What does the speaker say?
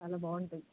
చాలా బాగుంటాయి